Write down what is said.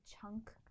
chunk